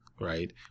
right